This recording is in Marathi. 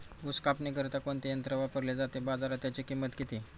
ऊस कापणीकरिता कोणते यंत्र वापरले जाते? बाजारात त्याची किंमत किती?